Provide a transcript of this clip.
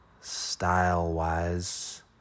style-wise